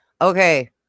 Okay